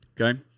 Okay